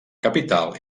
capital